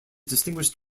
distinguished